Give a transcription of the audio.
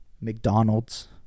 McDonald's